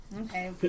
Okay